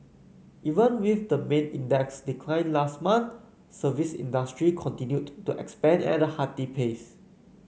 even with the main index decline last month service industry continued to expand at a hearty pace